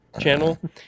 channel